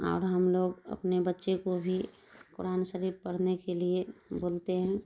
اور ہم لوگ اپنے بچے کو بھی قرآن شریف پڑھنے کے لیے بولتے ہیں